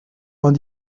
vingt